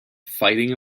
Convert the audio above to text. fighting